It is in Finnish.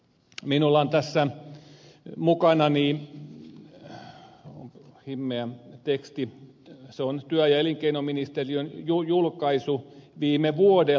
minulla on tässä mukanani himmeä teksti työ ja elinkeinoministeriön julkaisu viime vuodelta